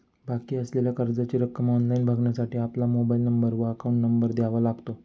बाकी असलेल्या कर्जाची रक्कम ऑनलाइन बघण्यासाठी आपला मोबाइल नंबर व अकाउंट नंबर द्यावा लागतो